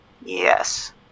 Yes